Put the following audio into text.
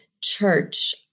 church